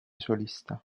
solista